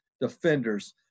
defenders